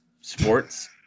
sports